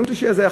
יום שלישי הזה,